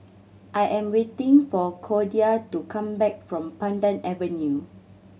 I am waiting for Cordia to come back from Pandan Avenue